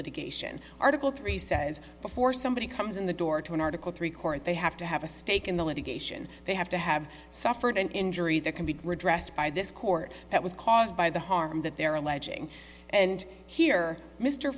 litigation article three says before somebody comes in the door to an article three court they have to have a stake in the litigation they have to have suffered an injury there can be redress by this court that was caused by the harm that they're alleging and here mr